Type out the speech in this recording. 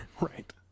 Right